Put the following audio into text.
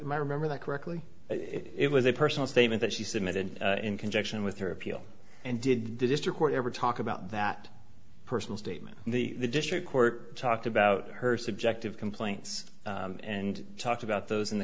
might remember that correctly it was a personal statement that she submitted in conjunction with her appeal and did the district court ever talk about that personal statement and the district court talked about her subjective complaints and talked about those in the